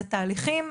זה תהליכים,